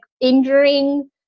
injuring